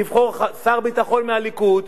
לבחור שר ביטחון מהליכוד,